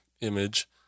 image